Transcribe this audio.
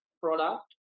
product